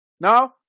No